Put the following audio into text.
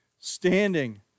standing